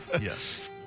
Yes